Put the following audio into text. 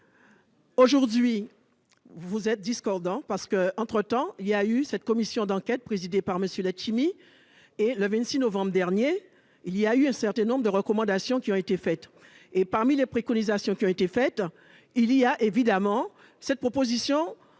Aujourd'hui, vous êtes discordants parce que, entre temps il y a eu cette commission d'enquête, présidée par Monsieur Letchimy et le 26 novembre dernier il y a eu un certain nombre de recommandations qui ont été faites et parmi les préconisations qui ont été faites il y a évidemment cette proposition